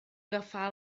agafar